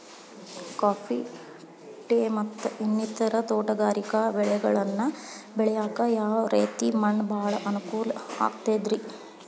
Coffee, tea, ಮತ್ತ ಇನ್ನಿತರ ತೋಟಗಾರಿಕಾ ಬೆಳೆಗಳನ್ನ ಬೆಳೆಯಾಕ ಯಾವ ರೇತಿ ಮಣ್ಣ ಭಾಳ ಅನುಕೂಲ ಆಕ್ತದ್ರಿ?